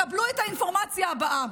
קבלו את האינפורמציה הבאה,